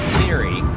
theory